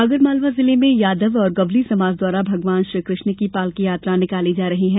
आगर मालवा जिले में यादव और गवली समाज द्वारा भगवान श्रीकृष्ण की पालकी यात्रा निकाली जा रही है